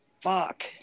fuck